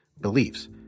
beliefs